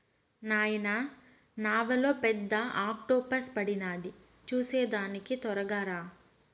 నాయనా నావలో పెద్ద ఆక్టోపస్ పడినాది చూసేదానికి తొరగా రా